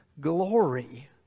glory